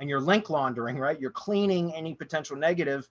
and your link laundering, right? you're cleaning any potential negative